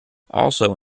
also